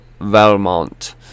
Valmont